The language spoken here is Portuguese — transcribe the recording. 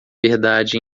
verdade